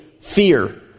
fear